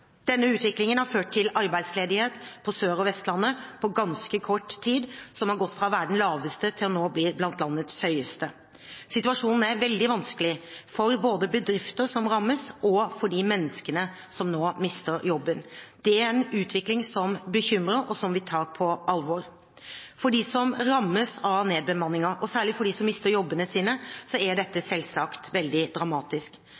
Denne utviklingen har ført til at arbeidsledigheten på Sør-Vestlandet på ganske kort tid har økt fra å være blant de laveste i landet til å bli blant de høyeste. Situasjonen er veldig vanskelig både for bedrifter som rammes, og for de menneskene som nå mister jobben. Det er en utvikling som bekymrer, og som vi tar på alvor. For dem som rammes av nedbemanningen – og særlig for dem som mister jobbene sine – er